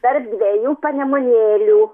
tarp dvejų panemunėlių